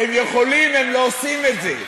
הם יכולים, הם לא עושים את זה.